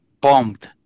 bombed